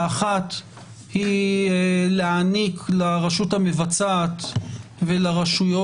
האחת היא להעניק לרשות המבצעת ולגופים